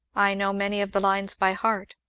i know many of the lines by heart,